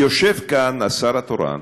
יושב כאן השר התורן,